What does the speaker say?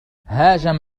هاجم